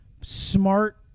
smart